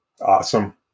Awesome